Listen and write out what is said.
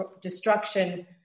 destruction